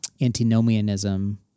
antinomianism